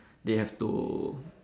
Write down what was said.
they have to